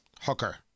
hooker